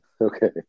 okay